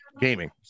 gaming